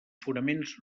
fonaments